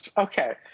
okay,